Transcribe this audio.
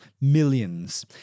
Millions